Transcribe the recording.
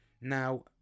now